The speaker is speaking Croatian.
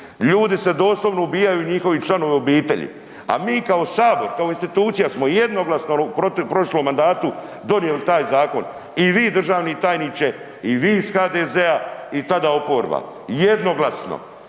Ljudi se doslovno ubijaju i njihovi članovi obitelji, a mi kao sabor kao institucija smo jednoglasno u prošlom mandatu donijeli taj zakon i vi državni tajniče i vi iz HDZ-a i tada oporba, jednoglasno.